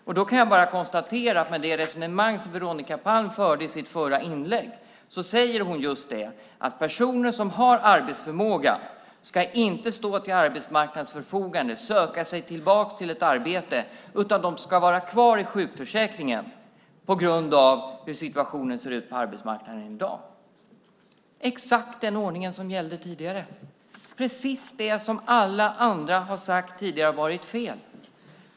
Jag kan bara konstatera att det resonemang som Veronica Palm förde i sitt förra inlägg innebär att personer som har arbetsförmåga inte ska stå till arbetsmarknadens förfogande och söka sig tillbaka till arbete utan ska vara kvar i sjukförsäkringen på grund av hur situationen ser ut på arbetsmarknaden i dag. Det är exakt den ordning som gällde tidigare, precis det som alla andra tidigare har sagt har varit fel.